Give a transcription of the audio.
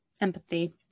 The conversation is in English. Empathy